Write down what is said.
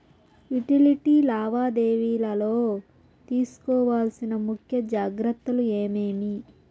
Utility లావాదేవీల లో తీసుకోవాల్సిన ముఖ్య జాగ్రత్తలు ఏమేమి?